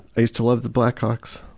i used to love the blackhawks.